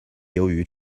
由于